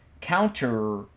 counter